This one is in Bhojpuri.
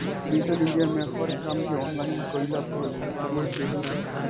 डिजिटल इंडिया में हर काम के ऑनलाइन कईला पअ जोर देहल जात हवे